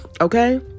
okay